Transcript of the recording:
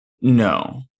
No